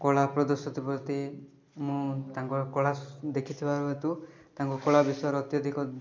କଳାପ୍ରଦର୍ଶିତ ପ୍ରତି ମୁଁ ତାଙ୍କ କଳା ଦେଖିଥିବା ହେତୁ ତାଙ୍କ କଳା ବିଷୟରେ ଅତ୍ୟଧିକ